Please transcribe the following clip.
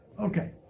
Okay